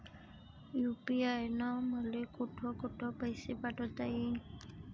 UPI न मले कोठ कोठ पैसे पाठवता येईन?